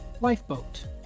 Lifeboat